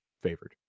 favored